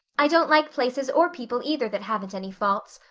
i don't like places or people either that haven't any faults.